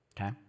Okay